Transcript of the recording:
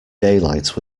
daylight